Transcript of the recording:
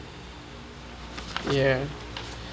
ya